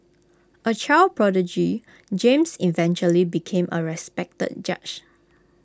A child prodigy James eventually became A respected judge